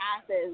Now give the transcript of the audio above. passes